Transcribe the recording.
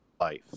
life